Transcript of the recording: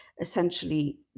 essentially